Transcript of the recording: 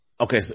Okay